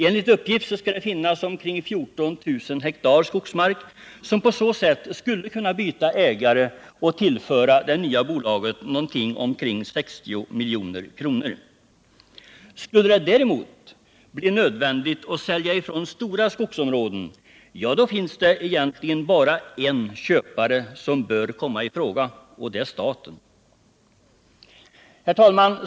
Enligt uppgift skall det finnas omkring 14 000 ha skogsmark som på så sätt skulle kunna byta ägare och tillföra det nya bolaget omkring 60 milj.kr. Skulle det däremot bli nödvändigt att sälja ifrån stora skogsområden —-ja, då finns det egentligen bara en köpare som bör komma i fråga, och det är staten. Herr talman!